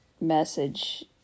message